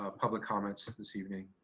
ah public comments this evening.